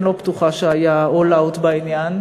אני לא בטוחה שהוא היה להוט בעניין.